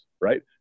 right